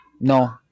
No